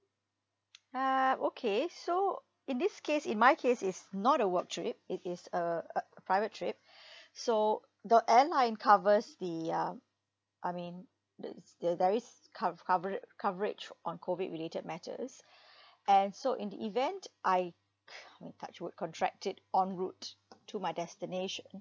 uh okay so in this case in my case it's not a work trip it is a a private trip so the airline covers the uh I mean the the there is cov~ covera~ coverage on COVID related matters and so in the event I don't want to touch wood contract it en route to my destination